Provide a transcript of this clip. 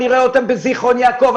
אני רואה אותם בזכרון יעקב,